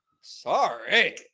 Sorry